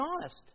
honest